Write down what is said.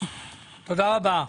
תודה רבה.